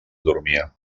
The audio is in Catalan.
dormia